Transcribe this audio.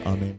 Amen